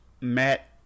Matt